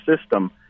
system